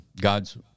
God's